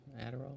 Adderall